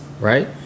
right